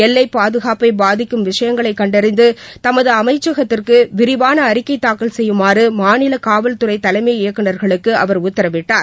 எல்லைப்பாதுகாப்பை பாதிக்கும் விஷயங்களை கண்டறிந்து தமது அமைச்சகத்திற்கு விரிவான அறிக்கை தாக்கல் செய்யுமாறு மாநில காவல்துறை தலைமை இயக்குநர்களுக்கு அவர் உத்தரவிட்டார்